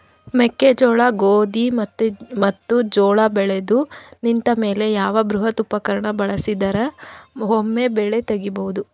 ಮೆಕ್ಕೆಜೋಳ, ಗೋಧಿ ಮತ್ತು ಜೋಳ ಬೆಳೆದು ನಿಂತ ಮೇಲೆ ಯಾವ ಬೃಹತ್ ಉಪಕರಣ ಬಳಸಿದರ ವೊಮೆ ಬೆಳಿ ತಗಿಬಹುದು?